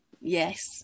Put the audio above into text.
Yes